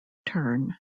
tern